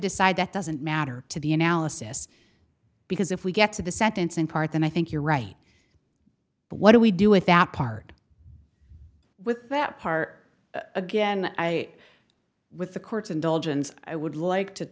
decide that doesn't matter to the analysis because if we get to the sentencing part then i think you're right but what do we do with that part with that part again i with the court's indulgence i would like to